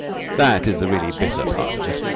that is the really bitter part of it.